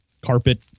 carpet